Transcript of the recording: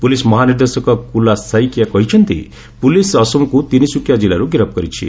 police ମହାନିର୍ଦ୍ଦେଶକ କୁଲା ସାଇକିଆ କହିଛନ୍ତି police ଆସୋମକୁ ତିନିସୁକିଆ ଜିଲ୍ଲାରୁ ଗିରଫ କରିଛି